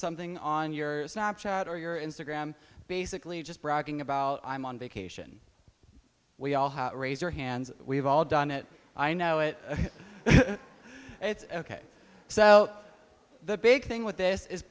something on your snapchat or your instagram basically just bragging about i'm on vacation we all raise your hands we've all done it i know it it's ok so the big thing with this is